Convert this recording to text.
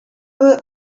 were